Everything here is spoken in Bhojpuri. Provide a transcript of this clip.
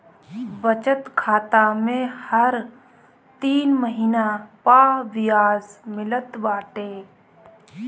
बचत खाता में हर तीन महिना पअ बियाज मिलत बाटे